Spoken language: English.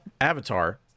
avatar